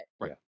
Right